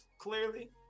clearly